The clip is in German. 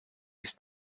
ist